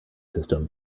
system